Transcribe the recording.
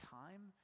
time